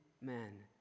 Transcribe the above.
men